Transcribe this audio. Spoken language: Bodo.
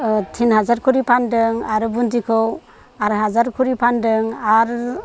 थिन हाजार खरि फानदों आरो बुन्दिखौ आराइ हाजार खरि फानदों आरो